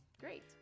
great